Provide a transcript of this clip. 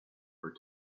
for